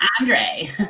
Andre